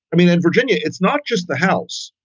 i mean, in virginia, it's not just the house.